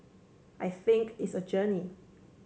I think it's a journey